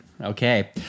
Okay